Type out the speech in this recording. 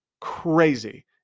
crazy